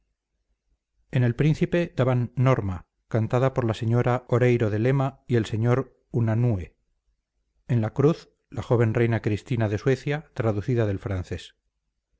en el príncipe daban norma cantada por la sra oreiro de lema y el sr unanúe en la cruz la joven reina cristina de suecia traducida del francés